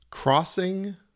Crossing